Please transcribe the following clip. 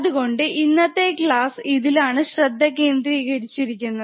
അതുകൊണ്ട് ഇന്നത്തെ ക്ലാസ്സ് ഇതിലാണ് ശ്രദ്ധ കേന്ദ്രീകരിച്ചിരിക്കുന്നത്